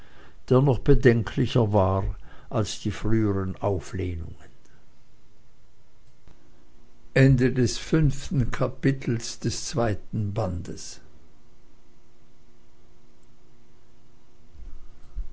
der noch bedenklicher war als die früheren auflehnungen sechstes kapitel